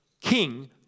king